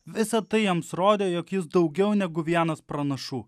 visa tai jiems rodė jog jis daugiau negu vienas pranašų